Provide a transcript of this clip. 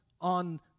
on